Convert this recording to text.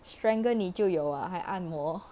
strangle 你就有 ah 还按摩